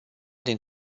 din